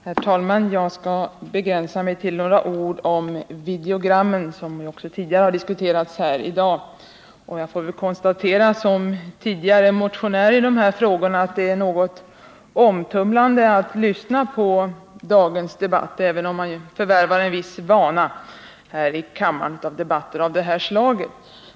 Herr talman! Jag skall begränsa mig till några ord om videogrammen, som ju också tidigare i dag har diskuterats. Jag får väl som tidigare motionär i dessa frågor konstatera att det är något omtumlande att lyssna till dagens debatt, även om man förvärvar en viss vana här i kammaren vid debatter av det här slaget.